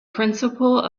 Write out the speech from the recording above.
principle